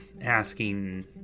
Asking